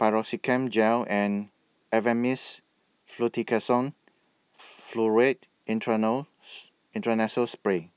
Piroxicam Gel and Avamys Fluticasone Furoate Intranasal Spray